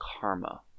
karma